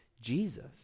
Jesus